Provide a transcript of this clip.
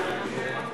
פטירת רחל אמנו.